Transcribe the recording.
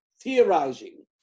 theorizing